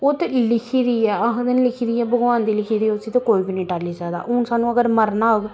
ओह् ते लिखी दी ऐ आखदे न कि लिखी दी ऐ भगवान दी लिखी दी ऐ उसी ते कोई बी निं टाल्ली सकदा हून सानूं अगर मरना होग